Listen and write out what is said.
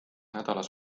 nädalas